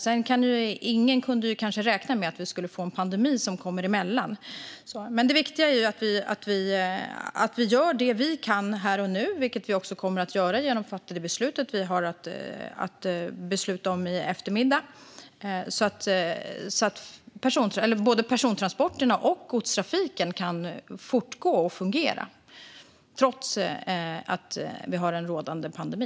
Ingen kunde räkna med att vi skulle få en pandemi som kommer emellan, men det viktiga är att vi gör det vi kan här och nu. Detta kommer vi också att göra genom det beslut som vi har att fatta i eftermiddag, så att både persontransporterna och godstrafiken kan fortgå och fungera trots att vi har en rådande pandemi.